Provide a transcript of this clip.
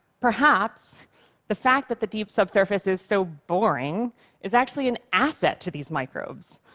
perhaps the fact that the deep subsurface is so boring is actually an asset to these microbes.